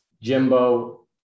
Jimbo